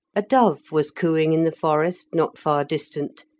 a dove was cooing in the forest not far distant,